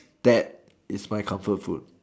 that is my comfort food